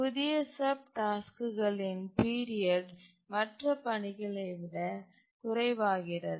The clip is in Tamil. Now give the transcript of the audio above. புதிய சப் டாஸ்க்குகலின் பீரியட் மற்ற பணிகளை விட குறைவாகிறது